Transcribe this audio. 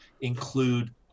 include